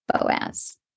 Boaz